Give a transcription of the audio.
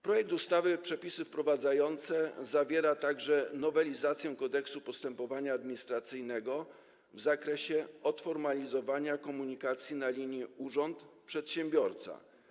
Projekt ustawy Przepisy wprowadzające zawiera także nowelizację Kodeksu postępowania administracyjnego w zakresie odformalizowania komunikacji na linii urząd - przedsiębiorca.